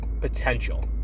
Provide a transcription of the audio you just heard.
potential